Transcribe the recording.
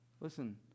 Listen